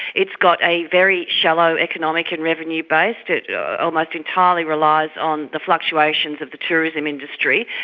it's got a very shallow economic and revenue base that almost entirely relies on the fluctuations of the tourism industry,